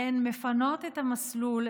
הן מפנות את המסלול,